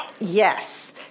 Yes